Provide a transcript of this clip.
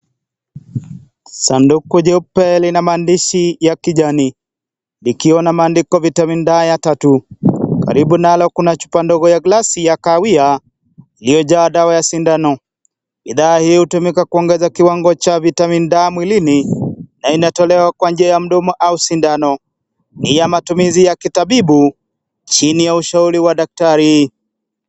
Sanduku jeupe Lina maandishi ya kijani likiwa na maandiko vitamin d 3, karibu nayo kuna hupa ndogo ya glesi iya kahawia liyojaa saw ya sindano bidhaa hiyo hutumika kuongeza kiwango cha vitamin d bidha mwilini na inatolewa kwa njia ya mdomo au sindano. Ni ya matumizi ya kitabibu chini ya ushauri ya daktari.